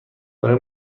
برای